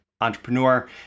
entrepreneur